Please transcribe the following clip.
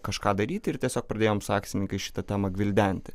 kažką daryti ir tiesiog pradėjom su akcininkais šitą temą gvildenti